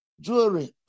Jewelry